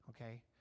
okay